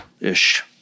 ish